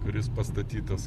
kuris pastatytas